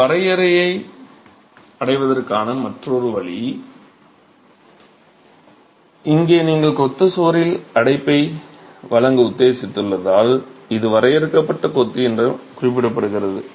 நீங்கள் வரையறையை அடைவதற்கான மற்றொரு வழி இங்கே நீங்கள் கொத்து சுவரில் அடைப்பை வழங்க உத்தேசித்துள்ளதால் இது வரையறுக்கப்பட்ட கொத்து என குறிப்பிடப்படுகிறது